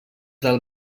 del